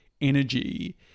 energy